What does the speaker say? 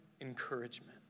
encouragement